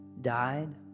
died